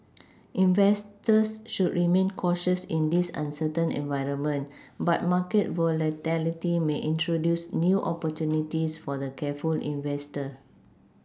investors should remain cautious in this uncertain environment but market volatility may introduce new opportunities for the careful investor